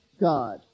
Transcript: God